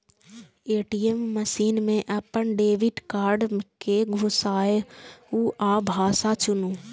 ATM machine मे अपन debit card कें घुसाउ आ भाषा चुनू